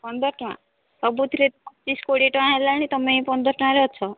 ପନ୍ଦର ଟଙ୍କା ସବୁଥିରେ ପଚିଶ କୋଡ଼ିଏ ଟଙ୍କା ହେଲାଣି ତୁମେ ଏଇ ପନ୍ଦର ଟଙ୍କାରେ ଅଛ